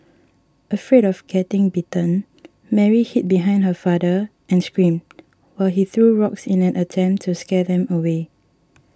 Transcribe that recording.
afraid of getting bitten Mary hid behind her father and screamed while he threw rocks in an attempt to scare them away